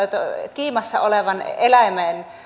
kiimassa olevan eläimen